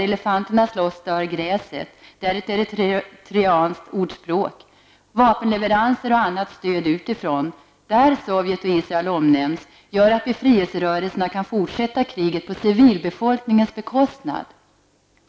elefanterna slåss dör gräset, är ett eritrianskt ordspråk, som Viola Furubjelke och Rolf L Nilson nämnde. Vapenleveranser och annat stöd utifrån, där Sovjet och Israel omnämns, gör att befrielserörelserna kan fortsätta kriget på civilbefolkningens bekostnad.